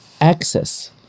access